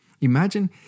Imagine